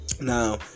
Now